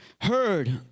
heard